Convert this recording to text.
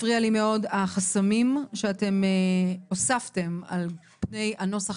הפריעו לי מאוד החסמים שאתם הוספתם על פני הנוסח